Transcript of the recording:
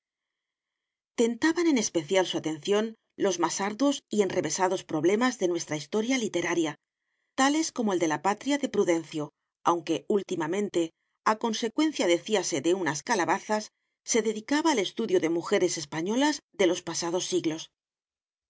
en especial su atención los más arduos y enrevesados problemas de nuestra historia literaria tales como el de la patria de prudencio aunque últimamente a consecuencia decíase de unas calabazas se dedicaba al estudio de mujeres españolas de los pasados siglos